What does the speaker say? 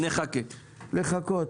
בבקשה.